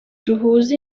duhuze